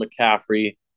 McCaffrey